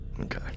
Okay